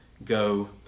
go